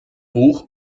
buch